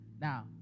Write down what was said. now